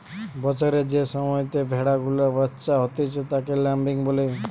বছরের যে সময়তে ভেড়া গুলার বাচ্চা হতিছে তাকে ল্যাম্বিং বলে